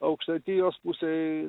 aukštaitijos pusėj